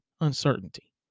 uncertainty